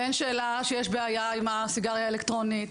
ואין שאלה שיש בעיה עם הסיגריה האלקטרונית.